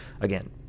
again